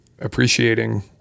appreciating